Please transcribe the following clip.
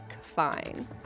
fine